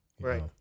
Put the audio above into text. Right